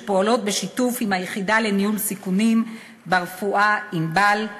שפועלות בשיתוף עם היחידה לניהול סיכונים ברפואה ב"ענבל",